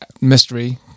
mystery